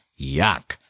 Yuck